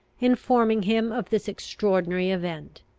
informing him of this extraordinary event.